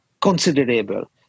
considerable